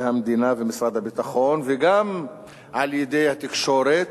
המדינה ומשרד הביטחון וגם על-ידי התקשורת,